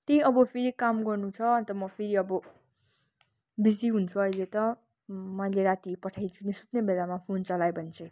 त्यही अब फेरि काम गर्नु छ अन्त म फेरि अब बिजी हुन्छु अहिले त मैले राति पठाइदिन्छु नि सुत्ने बेलामा फोन चलाएँ भने चाहिँ